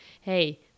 hey